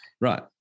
Right